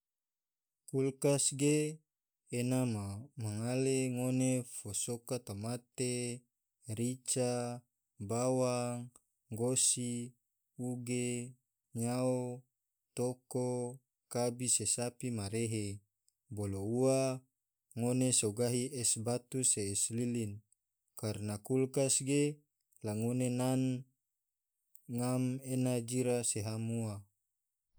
Kulkas ge ena ma mangale ngone fo soka tomate, rica, bawang, gosi, uge, nyao, toko, kabi se sapi ma rehe bolo ua ngone so gahi es batu se es lilin karana kulkas ge la ngone ngam ena jira se ham ua.